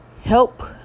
help